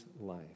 life